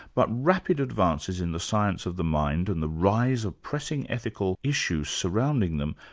but rapid advances in the science of the mind and the rise of pressing ethical issues surrounding them,